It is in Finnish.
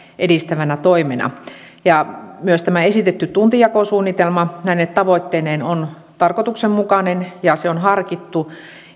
edistävänä toimena myös tämä esitetty tuntijakosuunnitelma näine tavoitteineen on tarkoituksenmukainen ja se on harkittu